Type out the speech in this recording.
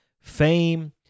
fame